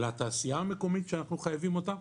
על התעשייה המקומית שאנחנו חייבים אותה,